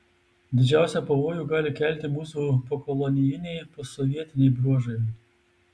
didžiausią pavojų gali kelti mūsų pokolonijiniai posovietiniai bruožai